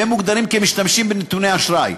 והם מוגדרים "משתמשים בנתוני אשראי",